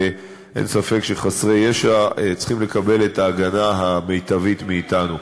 ואין ספק שחסרי ישע צריכים לקבל את ההגנה המיטבית מאתנו.